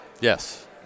Yes